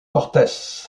cortés